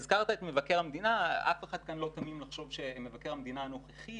הזכרת את מבקר המדינה אף אחד כאן לא תמים לחשוב שמבקר המדינה הנוכחי